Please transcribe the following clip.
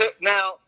now